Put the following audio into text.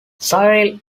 cyril